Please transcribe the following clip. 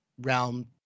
realm